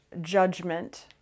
judgment